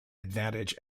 advantage